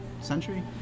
century